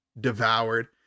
devoured